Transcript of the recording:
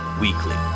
weekly